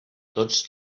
tots